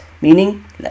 meaning